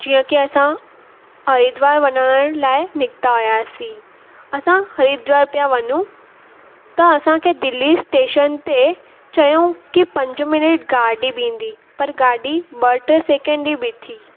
जीअं की असां हरिद्वार वञण लाइ निकिता हुयासीं असां हरिद्वार पिया वञूं त असांखे दिल्ली स्टेशन ते चयऊं की पंज मिंट गाॾी बीहंदी पर गाॾी ॿ टे सेकेंड ई बीठी